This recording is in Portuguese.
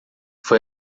foi